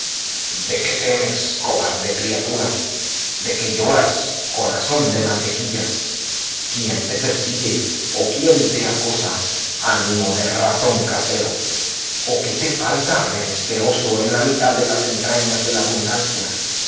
de qué temes cobarde criatura de qué lloras corazón de mantequillas quién te persigue o quién te acosa ánimo de ratón casero o qué te falta menesteroso en la mitad de las entrañas de la abundancia